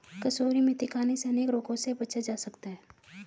कसूरी मेथी खाने से अनेक रोगों से बचा जा सकता है